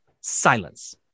silence